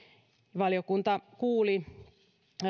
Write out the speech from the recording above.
valiokunta kuuli